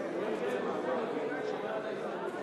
תגיד כמה מלים כדי שנצביע על ההסתייגות.